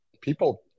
people